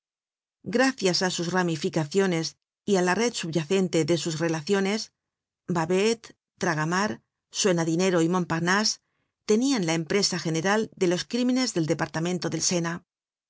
gracias á sus ramificaciones y á la red subyacente de sus relaciones babet traga mar suena dinero y montparnase tenian la empresa general de los crímenes del departamento del sena